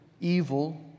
evil